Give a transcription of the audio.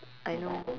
I know